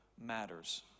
matters